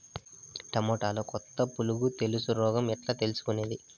టమోటాలో కొత్త పులుగు తెలుసు రోగం ఎట్లా తెలుసుకునేది?